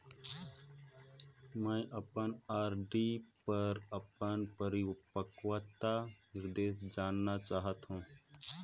मैं अपन आर.डी पर अपन परिपक्वता निर्देश जानना चाहत हों